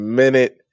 minute